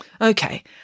Okay